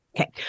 Okay